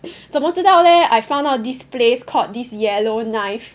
怎么知道 leh I found out this place called this Yellow Knife